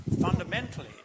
fundamentally